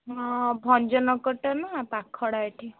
ହଁ ଭଞ୍ଜନଗରଟା ନୁହଁ ପାଖଟା ଏଇଠି